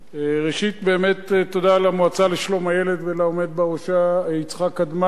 ראשית באמת תודה למועצה לשלום הילד ולעומד בראשה יצחק קדמן,